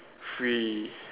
free